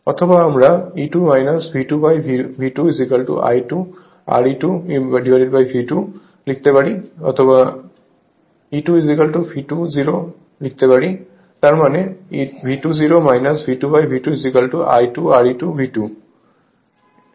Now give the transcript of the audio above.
অথবা আমরা E2 V2V2 I2 Re2V2 লিখতে পারি অথবা আমরা লিখতে পারি E2 V2 0 তার মানে V2 0 V2V2 I2 Re2 V2